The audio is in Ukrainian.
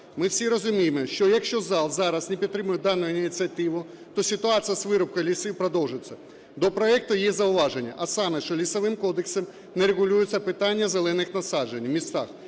Ми всі розуміємо, що якщо зал зараз не підтримує дану ініціативу, то ситуація з вирубкою лісів продовжиться. До проекту є зауваження, а саме, що Лісовим кодексом не регулюються питання зелених насаджень в містах.